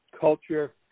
culture